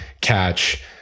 catch